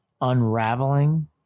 unraveling